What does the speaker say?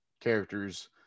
characters